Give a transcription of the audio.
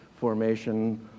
formation